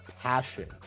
passion